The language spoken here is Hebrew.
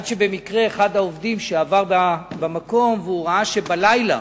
ובמקרה אחד העובדים עבר במקום בלילה